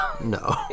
No